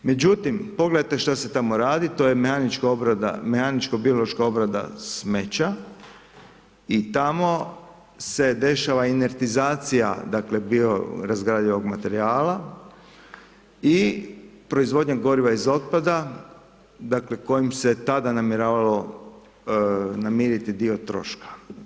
Međutim, pogledajte što se tamo radi, to je mehaničko biološka obrada smeća i tamo se dešava inertizacija dakle biorazgradivog materijala i proizvodnja goriva iz otpada dakle kojim se tada namjeravalo namiriti dio troška.